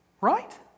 Right